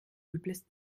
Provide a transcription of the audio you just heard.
übles